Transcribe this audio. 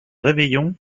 réveillon